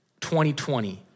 2020